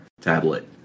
tablet